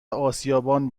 آسیابان